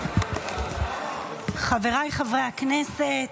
חבריי חברי הכנסת,